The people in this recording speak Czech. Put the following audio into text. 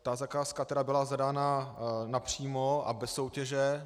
Ta zakázka byla zadána napřímo a bez soutěže.